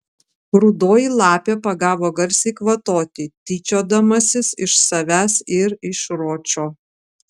rudoji lapė pagavo garsiai kvatoti tyčiodamasis iš savęs ir iš ročo